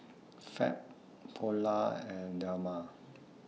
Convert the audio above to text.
Fab Polar and Dilmah